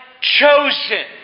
chosen